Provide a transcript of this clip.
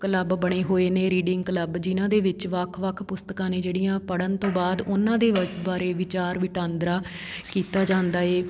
club ਬਣੇ ਹੋਏ ਨੇ ਰੀਡਿੰਗ ਕਲੱਬ ਜਿਨ੍ਹਾਂ ਦੇ ਵਿੱਚ ਵੱਖ ਵੱਖ ਪੁਸਤਕਾਂ ਨੇ ਜਿਹੜੀਆਂ ਪੜ੍ਹਨ ਤੋਂ ਬਾਅਦ ਉਹਨਾਂ ਦੇ ਬ ਬਾਰੇ ਵਿਚਾਰ ਵਿਟਾਂਦਰਾ ਕੀਤਾ ਜਾਂਦਾ ਹੈ